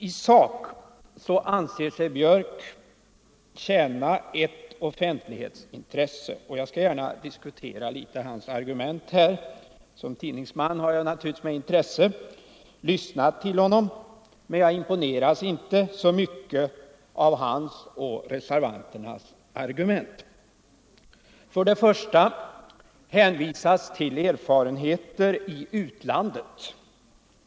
I sak anser sig herr Björck tjäna ett offentlighetsintresse. Jag skall gärna diskutera hans argument här. Som tidningsman har jag naturligtvis med intresse lyssnat till honom, men jag imponeras inte särskilt mycket av hans och reservanternas argument. Först och främst hänvisas till erfarenheter i utlandet.